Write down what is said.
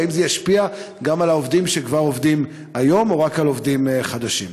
והאם זה ישפיע גם על העובדים שכבר עובדים היום או רק על עובדים חדשים?